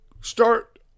start